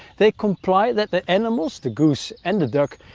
they comply that the animals, the goose, and the duck,